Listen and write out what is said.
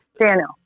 Daniel